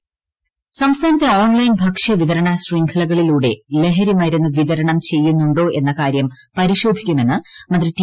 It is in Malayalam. രാമകൃഷ്ണൻ നിയമസഭ സംസ്ഥാനത്തെ ഓൺലൈൻ ഭക്ഷ്യ വിതരണ ശൃംഖലകളിലൂടെ ലഹരിമരുന്ന് വിതരണം ചെയ്യുന്നുണ്ടോ എന്ന കാര്യം പരിശോധിക്കുമെന്ന് മന്ത്രി ടി